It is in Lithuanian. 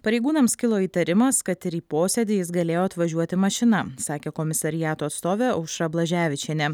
pareigūnams kilo įtarimas kad ir į posėdį jis galėjo atvažiuoti mašina sakė komisariato atstovė aušra blaževičienė